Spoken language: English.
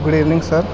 good evening sir